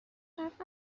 حرف